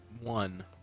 One